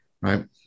Right